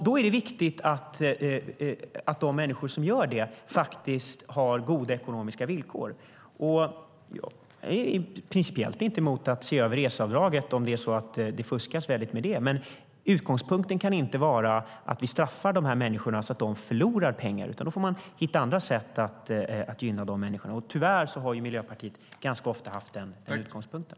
Då är det viktigt att de människor som gör det faktiskt har goda ekonomiska villkor. Jag är inte principiellt emot att se över reseavdraget och se om det fuskas väldigt med det, men utgångspunkten kan inte vara att vi straffar dessa människor så att de förlorar pengar. Då får man i stället hitta andra sätt att gynna dem. Tyvärr har Miljöpartiet ganska ofta haft den utgångspunkten.